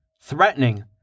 threatening